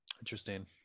interesting